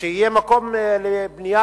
שיהיה מקום לבנייה